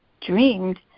dreamed